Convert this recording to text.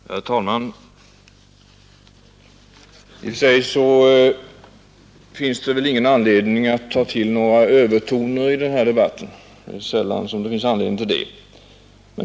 Herr talman! I och för sig finns det ingen anledning att ta till några övertoner i denna debatt. Det är sällan man har anledning till det.